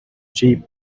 cheap